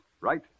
Right